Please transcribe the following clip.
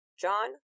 John